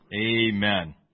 Amen